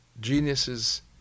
geniuses